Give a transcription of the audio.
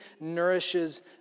nourishes